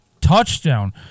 touchdown